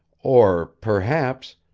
or, perhaps,